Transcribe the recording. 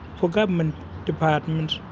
for government departments.